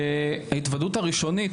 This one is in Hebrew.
ההתוודעות הראשונית,